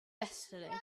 destiny